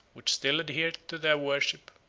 which still adhered to their worship,